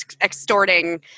extorting